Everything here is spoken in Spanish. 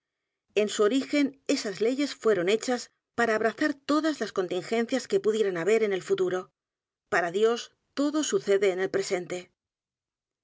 en su origen esas leyes fueron hechas para abrazar todas las contingencias que pudieran haber en el f u t u r o p a r a dios todo sucede en el présenle